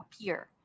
appear